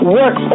work